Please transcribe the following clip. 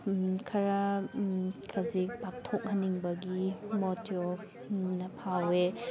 ꯈꯔ ꯈꯖꯤꯛ ꯄꯥꯛꯊꯣꯛꯍꯟꯅꯤꯡꯕꯒꯤ ꯃꯣꯠꯁꯨ ꯐꯥꯎꯋꯦ